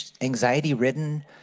anxiety-ridden